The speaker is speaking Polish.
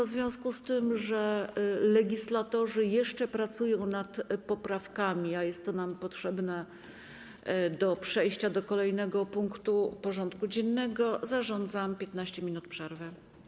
W związku z tym, że legislatorzy pracują jeszcze nad poprawkami, a jest nam to potrzebne do przejścia do kolejnego punktu porządku dziennego, zarządzam 15 minut przerwy.